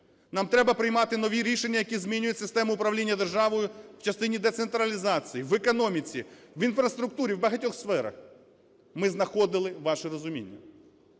нам треба приймати нові рішення, які змінюють систему управління державою в частині децентралізації, в економіці, в інфраструктурі, в багатьох сферах ми знаходили ваше розуміння.